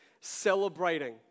celebrating